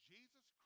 Jesus